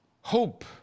hope